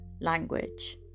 language